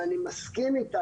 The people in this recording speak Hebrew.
ואני מסכים איתה,